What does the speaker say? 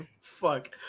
Fuck